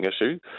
issue